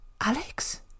alex